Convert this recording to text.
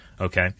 Okay